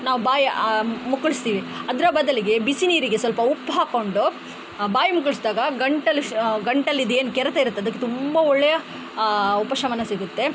ನಾವು ಬಾಯಿ ಮುಕ್ಕುಳಿಸ್ತೀವಿ ಅದರ ಬದಲಿಗೆ ಬಿಸಿ ನೀರಿಗೆ ಸ್ವಲ್ಪ ಉಪ್ಪು ಹಾಕಿಕೊಂಡು ಬಾಯಿ ಮುಕ್ಕುಳಿಸ್ದಾಗ ಗಂಟಲು ಶ ಗಂಟಲಿದ್ದು ಏನು ಕೆರೆತ ಇರುತ್ತೆ ಅದಕ್ಕೆ ತುಂಬ ಒಳ್ಳೆಯ ಉಪಶಮನ ಸಿಗುತ್ತೆ